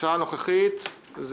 ההצעה הנוכחית היא